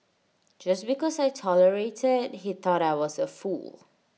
just because I tolerated he thought I was A fool